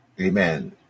Amen